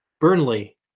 burnley